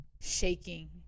shaking